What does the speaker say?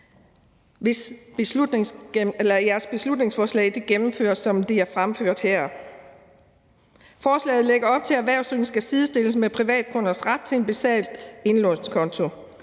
hvis jeres beslutningsforslag gennemføres, som det er fremført her. Forslaget lægger op til, at erhvervsdrivende skal sidestilles med privatkunder i forhold til at have ret til en basal indlånskonto.